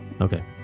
Okay